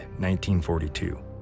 1942